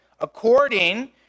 according